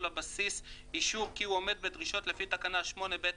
הבסיס אישור כי הוא עומד בדרישות לפי תקנה 8(ב)(4)(א)